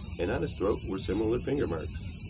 and on his throat were similar finger-marks.